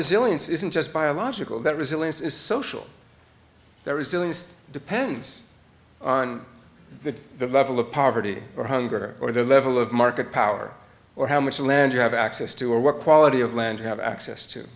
resilience isn't just biological that resilience is social their resilience depends on the level of poverty or hunger or the level of market power or how much land you have access to or what quality of land you have access to